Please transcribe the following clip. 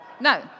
No